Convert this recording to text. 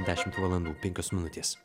dešimt valandų penkios minutės